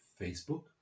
facebook